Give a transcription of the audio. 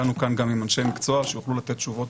הגענו לכאן גם עם אנשי מקצוע שיוכלו לתת תשובות,